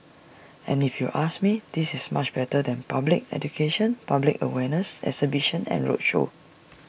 and if you ask me this is much better than public education public awareness exhibitions and roadshow